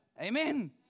Amen